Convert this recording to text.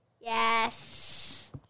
Yes